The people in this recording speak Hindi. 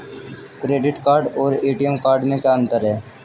क्रेडिट कार्ड और ए.टी.एम कार्ड में क्या अंतर है?